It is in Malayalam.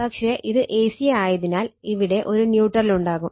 പക്ഷെ ഇത് എസി ആയതിനാൽ ഇവിടെ ഒരു ന്യൂട്രൽ ഉണ്ടാകും